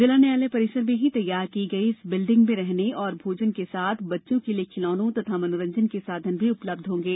जिला न्यायालय परिसर में ही तैयार की गई इस बिल्डिंग में रहने और भोजन के साथ बच्चों के लिए खिलौने तथा मनोरंजन के साधन भी उपलब्ध होंगे